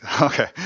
Okay